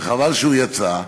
וחבל שהוא יצא,